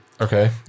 Okay